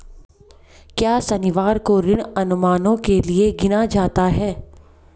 क्या शनिवार को ऋण अनुमानों के लिए गिना जाता है?